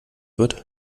wird